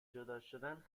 جداشدن